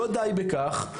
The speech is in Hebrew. לא די בכך,